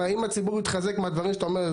אם הציבור יתחזק מהדברים שאתה אומר,